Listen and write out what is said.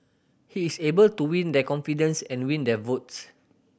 he is able to win their confidence and win their votes